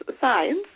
signs